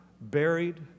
buried